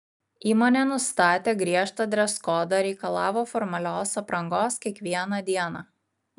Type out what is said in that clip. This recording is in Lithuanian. įmonė nustatė griežtą dreskodą reikalavo formalios aprangos kiekvieną dieną